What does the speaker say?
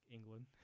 England